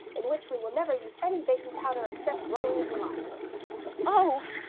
in which we will never use any baking powder except rollings reliable oh,